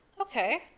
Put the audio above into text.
Okay